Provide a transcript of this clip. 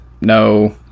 No